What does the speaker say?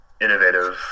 innovative